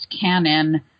canon